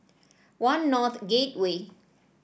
One North Gateway